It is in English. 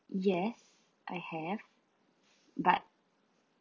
yes I have but